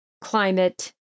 climate